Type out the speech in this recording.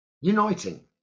uniting